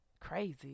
crazy